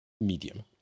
medium